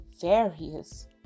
various